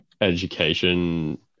education